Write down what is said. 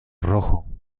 rojo